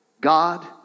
God